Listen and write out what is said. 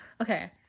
Okay